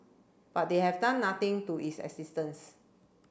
but they have done nothing to its existence